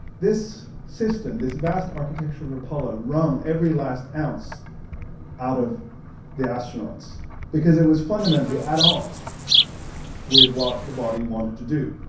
this system, this vast architecture of apollo wrung every last ounce out of the astronauts because it was fundamentally at odds with what the body wanted to do.